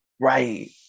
Right